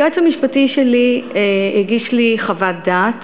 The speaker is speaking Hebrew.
היועץ המשפטי שלי הגיש לי חוות דעת